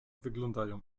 wyglądają